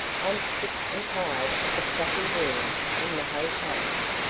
i'm sick and tired of the stuffy rooms in the hotels.